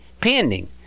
pending